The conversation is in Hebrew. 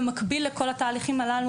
במקביל לכל התהליכים הללו,